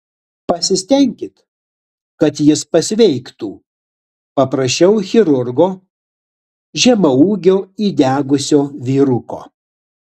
pasistenkit kad jis pasveiktų paprašiau chirurgo žemaūgio įdegusio vyruko